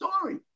story